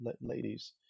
ladies